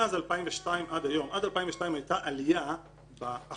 מאז 2002 עד היום עד 2002 היתה עלייה באחוז